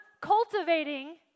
cultivating